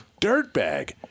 dirtbag